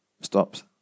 stops